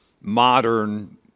modern